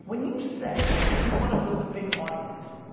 when you say that you wanna build a big audience,